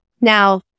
Now